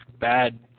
bad